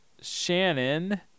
Shannon